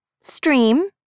Stream